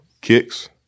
kicks